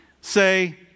say